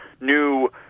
new